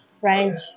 French